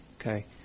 Okay